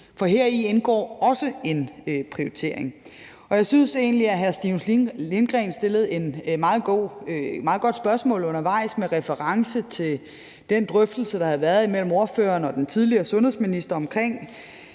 for heri indgår også en prioritering. Jeg synes egentlig, at hr. Stinus Lindgreen stillede et meget godt spørgsmål undervejs med reference til den drøftelse, der havde været imellem ordføreren og den tidligere sundhedsminister omkring